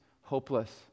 hopeless